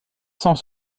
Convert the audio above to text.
cent